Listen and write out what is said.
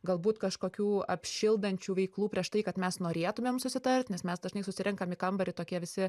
galbūt kažkokių apšildančių veiklų prieš tai kad mes norėtumėm susitart nes mes dažnai susirenkam į kambarį tokie visi